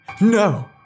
No